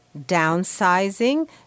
downsizing